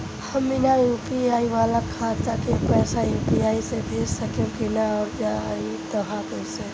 हम बिना यू.पी.आई वाला खाता मे पैसा यू.पी.आई से भेज सकेम की ना और जदि हाँ त कईसे?